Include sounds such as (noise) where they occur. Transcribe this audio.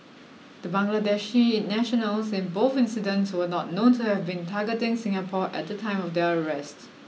(noise) the Bangladeshi nationals in both incidents were not known to have been targeting Singapore at the time of their arrests